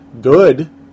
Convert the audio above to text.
good